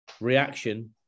reaction